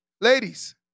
Ladies